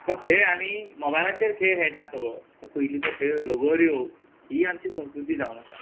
तो खेळ आमी मोबायलाचेर खेळ खेळटात सगळो तो पयलींचो खेळ लगोऱ्यो ही आमची संस्कृती जावन आसा